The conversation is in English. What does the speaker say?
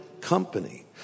company